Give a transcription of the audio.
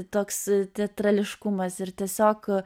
toks teatrališkumas ir tiesiog